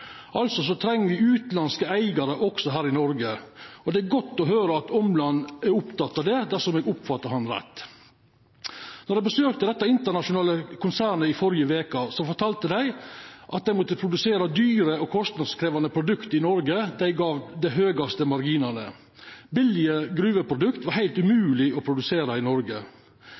treng utanlandske eigarar også i Noreg. Det er godt å høyra at Omland er oppteken av det, dersom eg oppfatta han rett. Då eg besøkte dette internasjonale konsernet i førre veke, fortalde dei at dei må produsera dyre og kostnadskrevjande produkt i Noreg – det gjev dei høgaste marginane. Billige gruveprodukt er det heilt umogleg å produsera i Noreg.